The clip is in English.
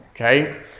Okay